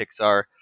Pixar